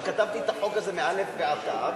וכתבתי את החוק הזה מאל"ף ועד תי"ו,